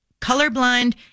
colorblind